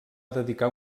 dedicar